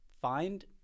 Find